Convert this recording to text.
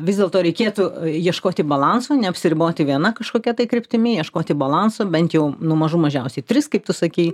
vis dėlto reikėtų ieškoti balanso neapsiriboti viena kažkokia tai kryptimi ieškoti balanso bent jau nu mažų mažiausiai tris kaip tu sakei